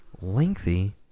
lengthy